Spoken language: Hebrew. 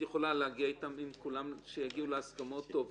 אם את יכולה להגיע עם כולם להסכמות - טוב.